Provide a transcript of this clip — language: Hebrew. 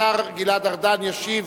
השר גלעד ארדן ישיב,